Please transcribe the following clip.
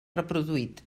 reproduït